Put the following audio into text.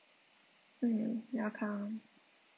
mm welcome